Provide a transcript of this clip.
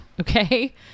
Okay